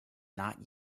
not